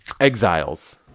exiles